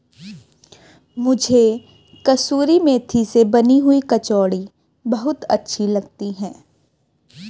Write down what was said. मुझे कसूरी मेथी से बनी हुई कचौड़ी बहुत अच्छी लगती है